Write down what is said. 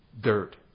Dirt